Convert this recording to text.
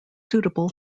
suited